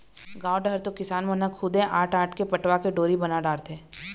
गाँव डहर तो किसान मन ह खुदे आंट आंट के पटवा के डोरी बना डारथे